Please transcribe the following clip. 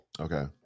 Okay